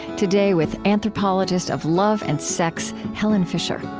today, with anthropologist of love and sex, helen fisher